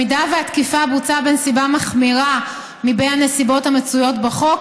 אם התקיפה בוצעה בנסיבה מחמירה מבין הנסיבות המצוינות בחוק,